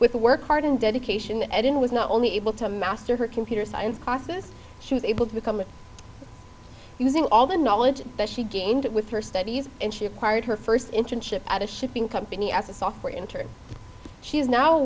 with work hard and dedication edin was not only able to master her computer science classes she was able to become using all the knowledge that she gained with her studies and she acquired her first internship at a shipping company as a software intern she's now